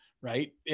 right